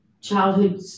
childhood